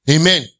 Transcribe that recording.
Amen